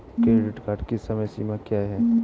Credit card की समय सीमा क्या है?